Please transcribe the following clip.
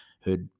who'd